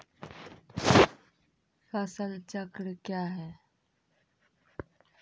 फसल चक्रण कया हैं?